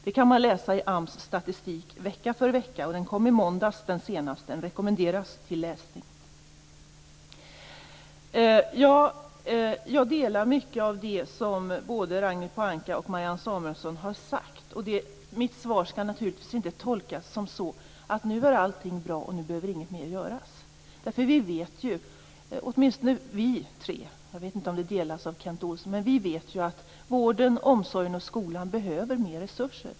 Det går att läsa i AMS statistik vecka för vecka. Den senaste statistiken kom i måndags och rekommenderas till läsning. Jag delar uppfattningen i det Ragnhild Pohanka och Marianne Samuelsson har sagt. Mitt svar skall inte tolkas som att nu är allt bra och ingenting mer behöver göras. Åtminstone vi tre - jag vet inte om det gäller Kent Olsson - vet att vården, omsorgen och skolan behöver mer resurser.